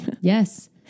Yes